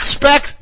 expect